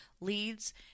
leads